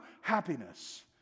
happiness